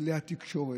מכלי התקשורת,